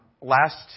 Last